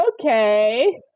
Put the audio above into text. Okay